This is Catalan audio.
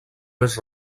més